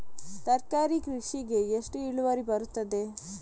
ತರಕಾರಿ ಕೃಷಿಗೆ ಎಷ್ಟು ಇಳುವರಿ ಬರುತ್ತದೆ?